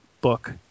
book